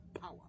power